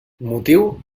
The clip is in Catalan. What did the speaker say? motiu